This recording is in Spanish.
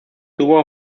tuvo